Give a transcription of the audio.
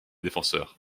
défenseurs